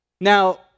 Now